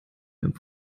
beim